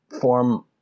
form